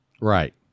Right